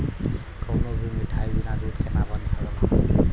कवनो भी मिठाई बिना दूध के ना बन सकला